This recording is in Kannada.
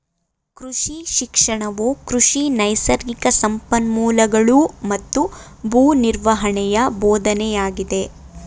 ಕೃಷಿ ಶಿಕ್ಷಣವು ಕೃಷಿ ನೈಸರ್ಗಿಕ ಸಂಪನ್ಮೂಲಗಳೂ ಮತ್ತು ಭೂ ನಿರ್ವಹಣೆಯ ಬೋಧನೆಯಾಗಿದೆ